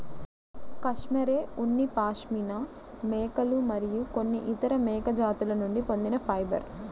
cashmere ఉన్ని పాష్మినా మేకలు మరియు కొన్ని ఇతర మేక జాతుల నుండి పొందిన ఫైబర్